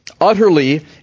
utterly